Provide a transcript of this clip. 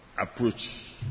approach